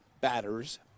batters